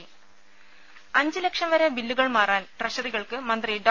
രുദ അഞ്ച് ലക്ഷം വരെ ബില്ലുകൾ മാറാൻ ട്രഷറികൾക്ക് മന്ത്രി ഡോ